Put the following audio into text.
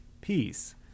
peace